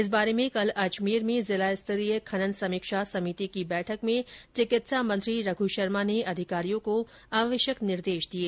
इस बारे में कल अजमेर में जिला स्तरीय खनन समीक्षा समिति की बैठक में चिकित्सा मंत्री रघ शर्मा ने अधिकारियों को आवश्यक निर्देश दिये